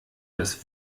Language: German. das